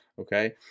Okay